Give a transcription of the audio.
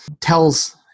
tells